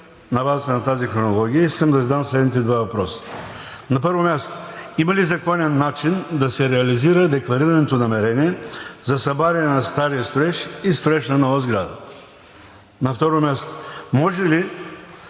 На базата на тази хронология искам да задам следните два въпроса: На първо място, има ли законен начин да се реализира декларираното намерение за събаряне на стария строеж и строеж на нова сграда? На второ място, може ли